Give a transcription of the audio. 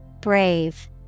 Brave